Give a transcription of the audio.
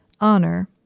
honor